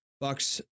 Bucks